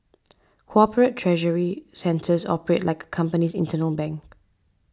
corporate treasury centres operate like company's internal bank